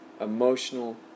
emotional